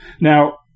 Now